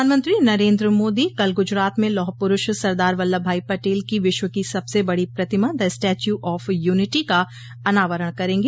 प्रधानमंत्री नरेन्द्र मोदी कल गुजरात में लौह पुरूष सरदार वल्लभ भाई पटेल की विश्व की सबसे बड़ी प्रतिमा द स्टैच्यू ऑफ यूनिटी का अनावरण करेंगे